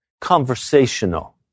conversational